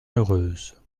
heureuse